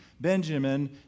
Benjamin